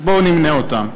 אז בואו נמנה אותן: